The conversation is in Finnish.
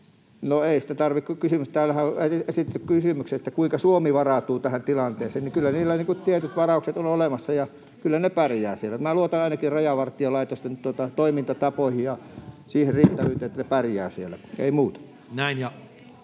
No, ei sitä tarvitse, kun täällähän on esitetty kysymys, että kuinka Suomi varautuu tähän tilanteeseen, niin kyllä niillä tietyt varaukset on olemassa ja kyllä ne pärjäävät siellä. — Minä ainakin luotan Rajavar-tiolaitoksen toimintatapoihin ja siihen riittävyyteen, että ne pärjäävät siellä. Ei muuta. [Speech